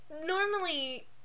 Normally